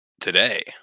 Today